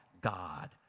God